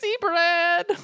bread